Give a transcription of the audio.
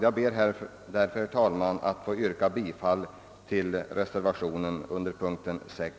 Jag ber att få yrka bifall till reservation 3 a vid punkten 6.